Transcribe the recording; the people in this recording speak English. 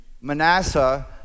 Manasseh